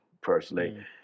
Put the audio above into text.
personally